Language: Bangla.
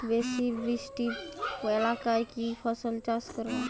বেশি বৃষ্টি এলাকায় কি ফসল চাষ করব?